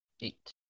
eight